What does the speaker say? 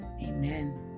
Amen